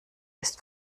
ist